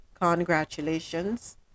congratulations